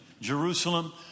Jerusalem